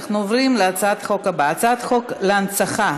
אנחנו עוברים להצעת החוק הבאה: הצעת חוק להנצחה,